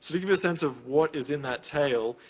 so to give you a sense of what is in that tail,